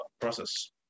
process